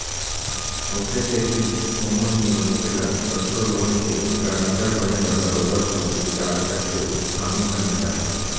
ओखरे सेती कोनो भी मनखे ल कखरो लोन के गारंटर बने बर बरोबर सोच बिचार करके हामी भरना चाही